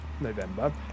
november